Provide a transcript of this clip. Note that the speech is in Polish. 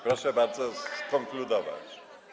Proszę bardzo skonkludować.